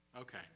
Okay